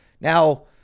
Now